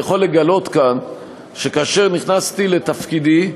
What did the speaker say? אני יכול לגלות כאן שכאשר נכנסתי לתפקידי,